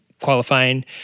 Qualifying